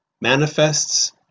manifests